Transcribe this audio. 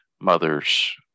mothers